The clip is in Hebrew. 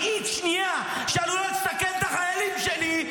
מאית שנייה שעלולה לסכן את החיילים שלי,